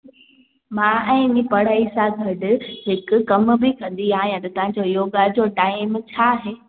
मां आहे नी पढ़ाई सां गॾु हिकु कमु बि कंदी आहियां तव्हांजी योगा जो टाइम छा आहे